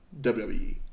WWE